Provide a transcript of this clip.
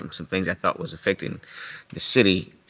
um some things i thought was affecting the city,